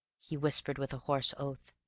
he whispered with a hoarse oath.